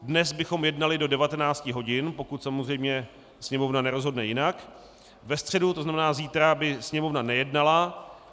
Dnes bychom jednali do 19 hodin, pokud samozřejmě Sněmovna nerozhodne jinak, ve středu, to znamená zítra, by Sněmovna nejednala.